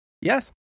yes